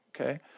okay